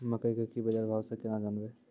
मकई के की बाजार भाव से केना जानवे?